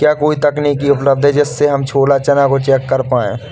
क्या कोई तकनीक उपलब्ध है जिससे हम छोला चना को चेक कर पाए?